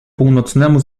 północnemu